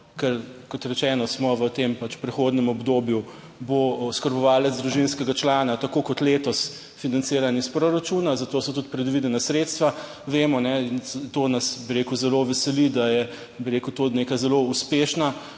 ker, kot rečeno smo v tem prehodnem obdobju, bo oskrbovalec družinskega člana tako kot letos, financiran iz proračuna, za to so tudi predvidena sredstva. Vemo in to nas, bi rekel, zelo veseli, da je, bi rekel, to neka zelo uspešna,